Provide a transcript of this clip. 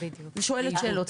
אני שואלת שאלות,